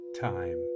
time